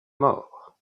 mort